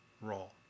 role